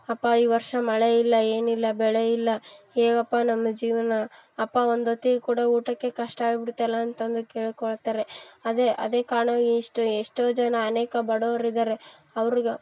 ಅಪ್ಪ ಈ ವರ್ಷ ಮಳೆ ಇಲ್ಲ ಏನಿಲ್ಲ ಬೆಳೆ ಇಲ್ಲ ಹೇಗಪ್ಪ ನಮ್ಮ ಜೀವನ ಅಪ್ಪ ಒಂದು ಹೊತ್ತಿಗೆ ಕೂಡ ಊಟಕ್ಕೆ ಕಷ್ಟ ಆಗ್ಬಿಡತ್ತಲ್ಲ ಅಂತ ಅಂದು ಕೇಳ್ಕೊಳ್ತಾರೆ ಅದೇ ಅದೇ ಕಾರ್ಣ ಇಷ್ಟು ಎಷ್ಟೋ ಜನ ಅನೇಕ ಬಡೌರು ಇದ್ದಾರೆ ಅವ್ರಿಗ